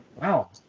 wow